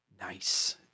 Nice